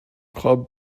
club